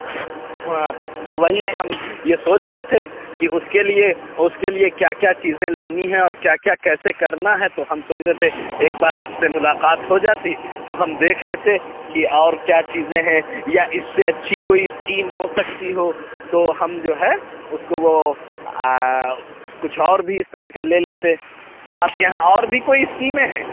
ہاں تو وہی ہم یہ سوچ رہے تھے کہ اس کے لیے اس کے لیے کیا کیا چیزیں لانی ہے اور کیا کیا کیسے کرنا ہے تو ہم سوچ رہے تھے ایک بار آپ سے ملاقات ہو جاتی تو ہم دیکھ لیتے کہ اور کیا چیزیں ہیں یا اس سے اچھی کوئی اسکیم ہو سکتی ہو تو ہم جو ہے اس کو وہ کچھ اور بھی اس طرح کا لے لیتے تو آپ کے یہاں اور بھی کوئی اسکیمیں ہیں